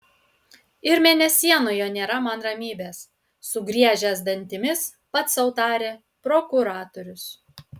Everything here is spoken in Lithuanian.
ir mėnesienoje nėra man ramybės sugriežęs dantimis pats sau tarė prokuratorius